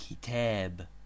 Kitab